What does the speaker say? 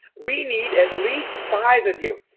we need at least five of you.